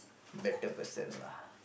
better person lah